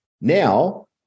now